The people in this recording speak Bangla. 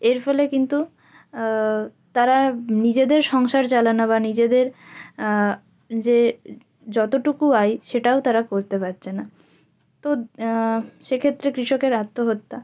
এর ফলে কিন্তু তারা নিজেদের সংসার চালানো বা নিজেদের যে যতোটুকু আয় সেটাও তারা করতে পারচে না তো সে ক্ষেত্রে কৃষকের আত্মহত্যা